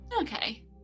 Okay